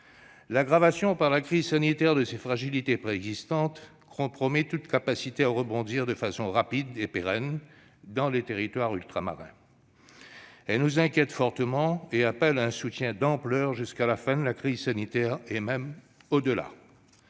L'aggravation par la crise sanitaire de ces fragilités préexistantes compromet toute capacité à rebondir de façon rapide et pérenne dans les territoires ultramarins. Cette situation nous inquiète fortement ; elle appelle un soutien d'ampleur jusqu'à la fin de la crise, et même au-delà.